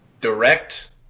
direct